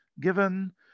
given